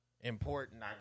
important